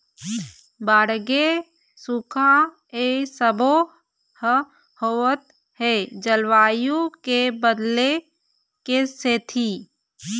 बाड़गे, सुखा ए सबो ह होवत हे जलवायु के बदले के सेती